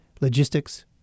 logistics